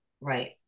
Right